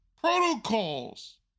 protocols